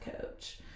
coach